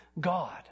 God